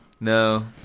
No